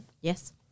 Yes